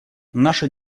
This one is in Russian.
наша